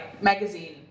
Magazine